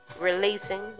releasing